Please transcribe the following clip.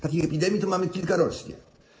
Takich epidemii mamy kilka rocznie.